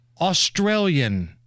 Australian